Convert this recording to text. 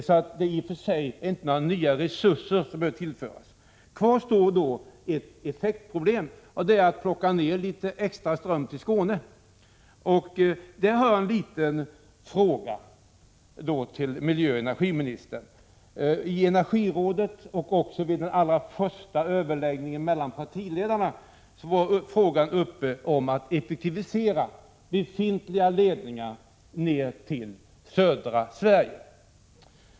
Så några nya resurser behöver i och för sig inte tillföras. Kvar står ett effektproblem när det gäller att plocka ner litet extraström till Skåne. Jag har en fråga till miljöoch energiministern. I energirådet och vid de allra första överläggningarna med partiledarna var frågan uppe om att effektivisera befintliga ledningar ner till södra Sverige.